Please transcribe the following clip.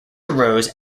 arose